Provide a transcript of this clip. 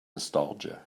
nostalgia